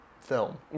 film